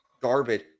garbage